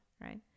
right